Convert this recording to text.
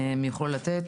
הם יוכלו לתת.